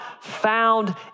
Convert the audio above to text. found